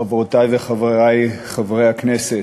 חברותי וחברי חברי הכנסת,